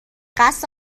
قصد